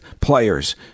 players